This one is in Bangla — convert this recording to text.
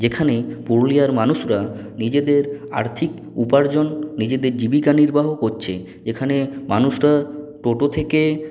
যেখানে পুরুলিয়ার মানুষরা নিজেদের আর্থিক উপার্জন নিজেদের জীবিকা নির্বাহ করছে এখানে মানুষরা টোটো থেকে